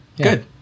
Good